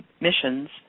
missions